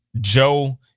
joe